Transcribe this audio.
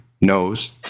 knows